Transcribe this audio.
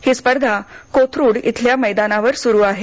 ही स्पर्धा कोथरुड इथल्या कोर्टवर सुरु आहे